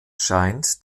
scheint